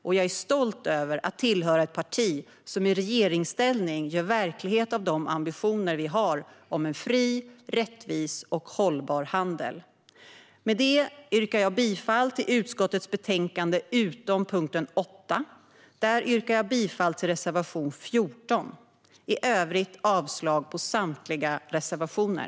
Och jag är stolt över att tillhöra ett parti som i regeringsställning gör verklighet av de ambitioner vi har om en fri, rättvis och hållbar handel. Jag yrkar bifall till förslaget i utskottets betänkande förutom punkt 8 där jag yrkar bifall till reservation 14. I övrigt yrkar jag avslag på samtliga reservationer.